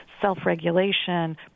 self-regulation